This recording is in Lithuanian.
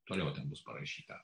toliau bus parašyta